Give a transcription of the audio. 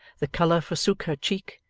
the colour forsook her cheek,